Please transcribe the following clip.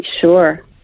Sure